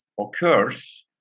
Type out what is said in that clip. occurs